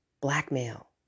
blackmail